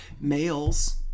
males